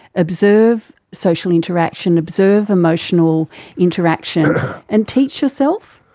observe social interaction, observe emotional interaction and teach yourself.